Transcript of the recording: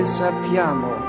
sappiamo